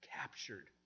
captured